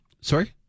Sorry